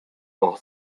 doch